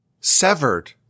severed